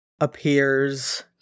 appears